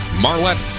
Marlette